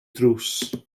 drws